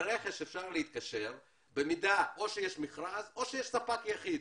ברכש אפשר להתקשר או שיש מכרז או שיש זפק יחיד.